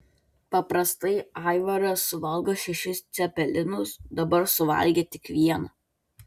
paprastai aivaras suvalgo šešis cepelinus dabar suvalgė tik vieną